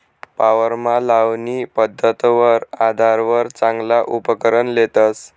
वावरमा लावणी पध्दतवर आधारवर चांगला उपकरण लेतस